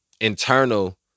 internal